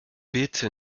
bitte